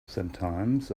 sometimes